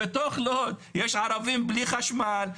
בתוך לוד יש ערבים בלי חשמל,